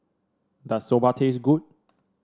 does Soba taste good